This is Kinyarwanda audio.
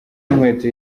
inkweto